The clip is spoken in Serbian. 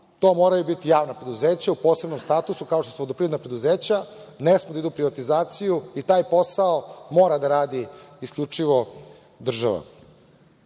to moraju biti javna preduzeća u posebnom statusu, kao što su vodoprivredna preduzeća. Ne smeju da idu u privatizaciju i taj posao mora da radi isključivo država. Šta